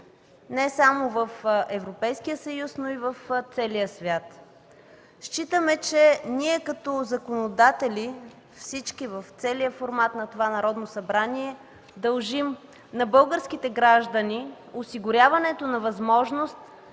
не само в Европейския съюз, но и в целия свят. Считаме, че ние като законодатели – всички, в целия формат на това Народно събрание, дължим на българските граждани осигуряването на възможност